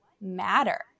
matter